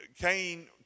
Cain